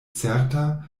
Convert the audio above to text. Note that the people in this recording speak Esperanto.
certa